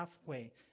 halfway